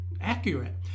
accurate